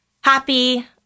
happy